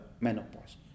menopause